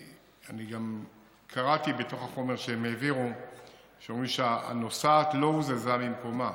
אני גם קראתי בתוך החומר שהם העבירו שאומרים שהנוסעת לא הוזזה ממקומה